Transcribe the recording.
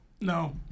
No